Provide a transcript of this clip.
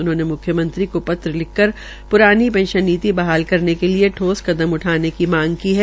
उन्होंने मुख्यमंत्री को पत्र लिखकर प्रानी पेंशन नीति बहाल करने के लिये ठोस कदम उठाने की मांग की है